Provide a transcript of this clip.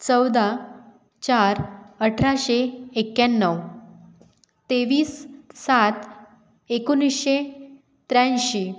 चौदा चार अठराशे एक्याण्णव तेवीस सात एकोणीशे त्र्याऐंशी